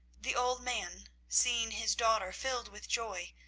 the old man, seeing his daughter filled with joy,